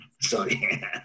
Sorry